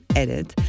edit